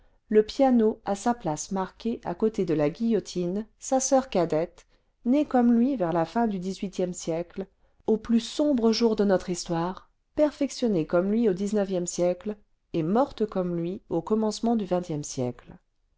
le piano a sa place marquée à côté de la guillotine sa soeur cadette née comme lui vers la fin du dix-huitième siècle aux plus sombres jours de notre histoire perfectionnée comme lui au xixe siècle et morte comme lui au commencement du xxe siècle